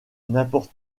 n’importe